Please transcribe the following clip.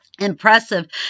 impressive